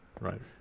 right